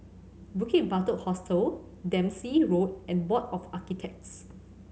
Bukit Batok Hostel Dempsey Road and Board of Architects